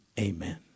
amen